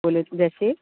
بولے جیسے